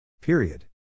Period